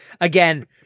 again